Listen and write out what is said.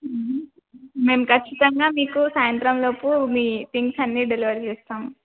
మేము ఖచ్చితంగా మీకు సాయంత్రంలోపు మీ థింగ్స్ అన్ని డెలివరీ చేస్తాం